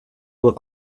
look